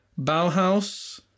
Bauhaus